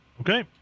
Okay